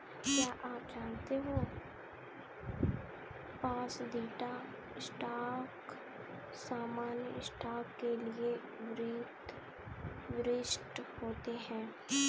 क्या आप जानते हो पसंदीदा स्टॉक सामान्य स्टॉक के लिए वरिष्ठ होते हैं?